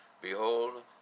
Behold